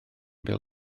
bêl